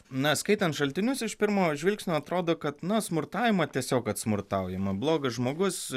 na skaitant šaltinius iš pirmo žvilgsnio atrodo kad na smurtaujama tiesiog kad smurtaujama blogas žmogus